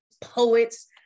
poets